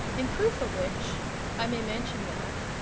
in proof of which i may mention that,